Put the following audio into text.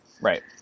Right